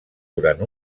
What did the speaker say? durant